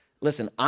Listen